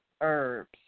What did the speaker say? herbs